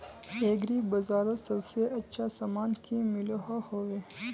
Agri बजारोत सबसे अच्छा सामान की मिलोहो होबे?